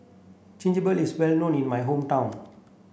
Chigenabe is well known in my hometown